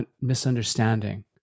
misunderstanding